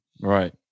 Right